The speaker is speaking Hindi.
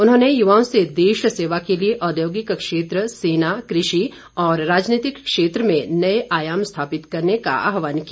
उन्होंने युवाओं से देश सेवा के लिए औद्योगिक क्षेत्र सेना कृषि और राजनीतिक क्षेत्र में नए आयाम स्थापित करने का आहवान किया